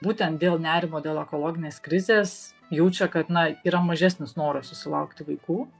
būtent dėl nerimo dėl ekologinės krizės jaučia kad na yra mažesnis noras susilaukti vaikų